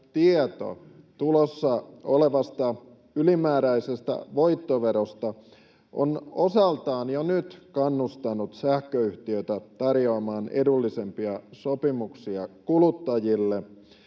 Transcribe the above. tieto tulossa olevasta ylimääräisestä voittoverosta on osaltaan jo nyt kannustanut sähköyhtiöitä tarjoamaan edullisempia sopimuksia kuluttajille,